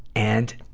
and,